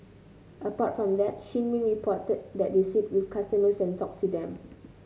apart from that Shin Min reported that they sit with customers and talk to them